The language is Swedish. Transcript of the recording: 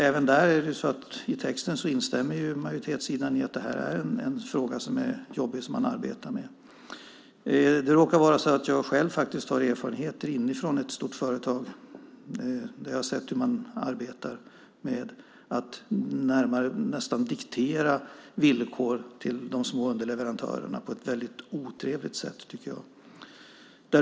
Även där är det så att majoritetssidan instämmer i att det här är en fråga som är jobbig och som man arbetar med. Det råkar vara så att jag själv faktiskt har erfarenheter inifrån ett stort företag där jag har sett hur man arbetar med att nästan diktera villkoren för de små underleverantörerna på ett mycket otrevligt sätt, tycker jag.